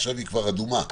עכשיו היא אדומה כבר.